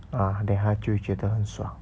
ah then 她就会觉得很爽